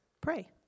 pray